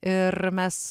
ir mes